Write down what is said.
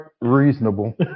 reasonable